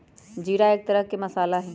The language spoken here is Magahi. जीरा एक तरह के मसाला हई